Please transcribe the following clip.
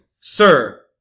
Sir